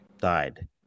died